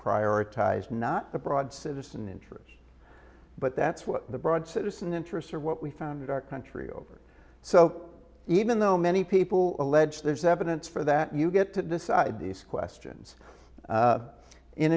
prioritize not the broad citizen interests but that's what the broad citizen interests are what we founded our country over so even though many people allege there's evidence for that you get to decide these questions